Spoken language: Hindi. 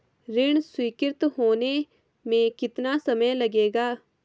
ऋण स्वीकृत होने में कितना समय लगेगा?